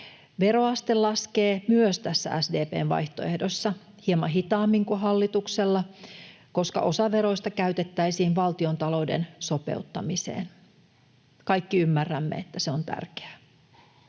Veroaste laskee myös tässä SDP:n vaihtoehdossa, hieman hitaammin kuin hallituksella, koska osa veroista käytettäisiin valtiontalouden sopeuttamiseen — kaikki ymmärrämme, että se on tärkeää.